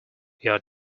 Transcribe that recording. your